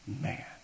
man